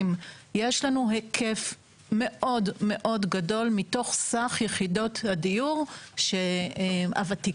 יש לנו היקף מאוד גדול מתוך סך יחידות הדיור הוותיקות.